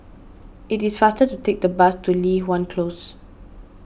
it is faster to take the bus to Li Hwan Close